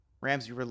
Ramsey